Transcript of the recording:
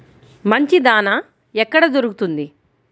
మంచి దాణా ఎక్కడ దొరుకుతుంది?